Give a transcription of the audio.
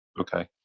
Okay